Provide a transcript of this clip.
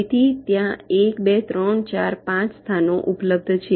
તેથી ત્યાં 1 2 3 4 5 સ્થાનો ઉપલબ્ધ છે